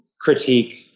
critique